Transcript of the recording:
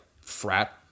frat